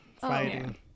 fighting